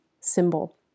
symbol